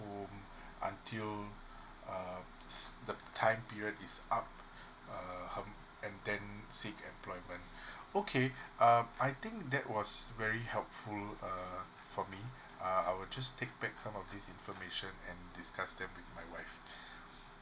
until um s~ the time period is up uh her and then seek employment okay um I think that was very helpful uh for me uh I will just take backs some of this information and discuss them with my wife